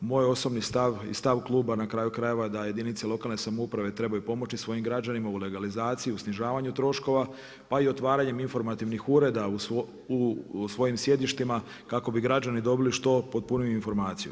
Moj osobni stav i stav Kluba, na kraju krajeva je da jedinice lokalne samouprave trebaju pomoći svojim građanima u legalizaciji, u snižavanju troškova, pa i otvaranje informativnih ureda u svojim sjedištima, kako bi građani dobili što potpuniju informaciju.